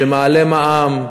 שמעלה מע"מ,